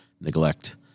neglect